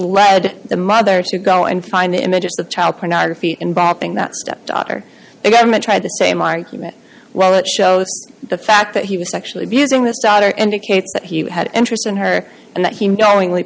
led the mother to go and find images of child pornography in bopping that stepdaughter government tried the same argument well it shows the fact that he was sexually abusing his daughter indicates that he had interest in her and that he knowingly